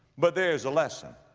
but there is a lesson.